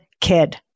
kid